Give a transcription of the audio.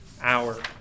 hour